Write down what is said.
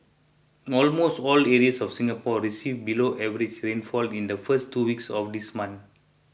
almost all areas of Singapore received below average rainfall in the first two weeks of this month